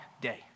day